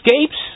escapes